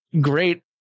great